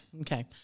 Okay